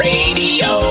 Radio